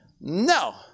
No